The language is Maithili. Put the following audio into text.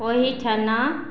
ओहिठना